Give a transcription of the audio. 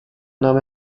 nahm